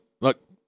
look